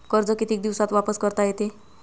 कर्ज कितीक दिवसात वापस करता येते?